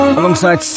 alongside